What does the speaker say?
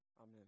amen